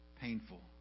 painful